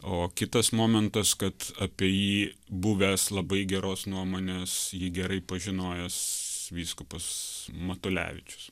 o kitas momentas kad apie jį buvęs labai geros nuomonės jį gerai pažinojęs vyskupas matulevičius